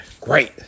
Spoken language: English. great